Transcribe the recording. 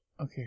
Okay